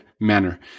manner